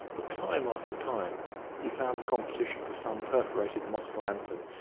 but time after time he found the competition for some perforated mosque lantern,